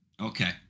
Okay